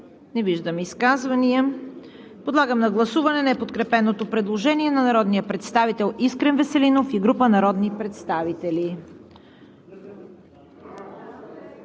Не виждам. Подлагам на гласуване неподкрепеното предложение на народния представител Искрен Веселинов и група народни представители.